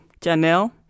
Janelle